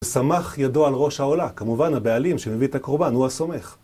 וסמך ידו על ראש העולה, כמובן הבעלים שמביא את הקורבן הוא הסומך